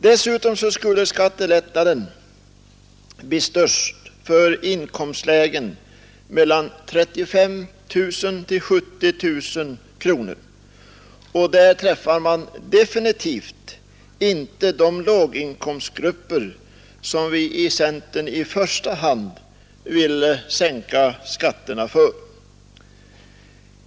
Dessutom skulle skattelättnaden bli störst för människor i inkomstlägena 35 000-70 000 kronor, och där träffar man definitivt inte de låginkomstgrupper som vi i centern i första hand vill sänka skatterna för.